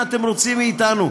מה אתם רוצים מאתנו?